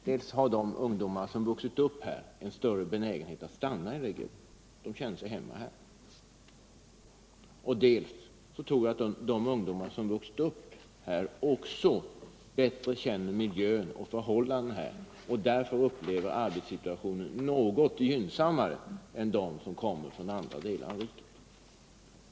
Dels har de ungdomar som vuxit upp här en större benägenhet att stanna i regionen därför att de känner sig hemma här, dels tror jag att de ungdomar som vuxit upp här också bättre känner miljön och förhållandena och därför upplever arbetssituationen något gynnsammare än de som kommer från andra delar av riket.